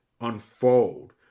unfold